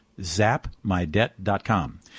zapmydebt.com